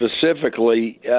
specifically